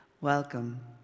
Welcome